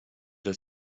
that